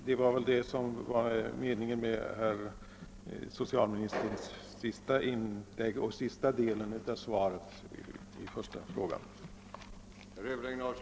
Det var väl detta som socialministern avsåg med sitt se naste inlägg och med upplysningen i den sista delen av frågesvaret.